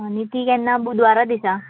आनी ती केन्ना बुधवारा दिसा